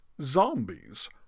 Zombies